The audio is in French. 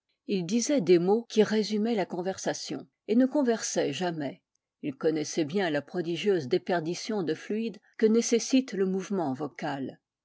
il disait theorie des mots qui résumaient la conversation et ne conversait jamais il connaissait bien la prodigieuse déperdition de fluide que nécessite le mouvement vocal